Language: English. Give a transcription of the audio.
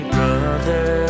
Brother